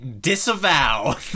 disavow